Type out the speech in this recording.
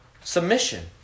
Submission